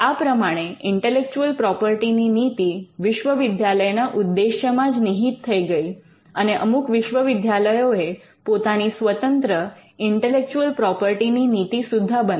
આ પ્રમાણે ઇન્ટેલેક્ચુઅલ પ્રોપર્ટીની નીતિ વિશ્વવિદ્યાલયના ઉદ્દેશ્યમાં જ નિહિત થઈ ગઈ અને અમુક વિશ્વવિદ્યાલયોએ પોતાની સ્વતંત્ર ઇન્ટેલેક્ચુઅલ પ્રોપર્ટી ની નીતિ સુધ્ધા બનાવી